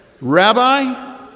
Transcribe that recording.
Rabbi